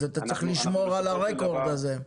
אז אתה צריך לשמור על הרקורד הזה.